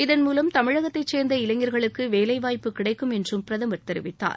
இதன்மூலம் தமிழகத்தைச்சேர்ந்த இளைஞர்களுக்கு வேலை வாய்ப்பு கிடைக்கும் என்றும் பிரதமர் தெரிவித்தார்